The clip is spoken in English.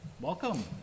Welcome